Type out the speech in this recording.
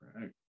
right